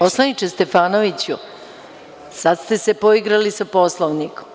Poslaniče Stefanoviću, sada ste se poigrali sa Poslovnikom.